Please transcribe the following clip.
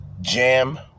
jam